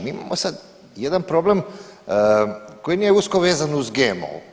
Mi imamo sad jedan problem koji nije usko vezan uz GMO.